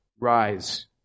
rise